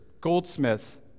goldsmiths